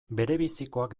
berebizikoak